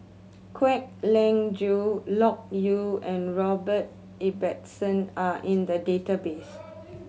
Kwek Leng Joo Loke Yew and Robert Ibbetson are in the database